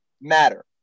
matter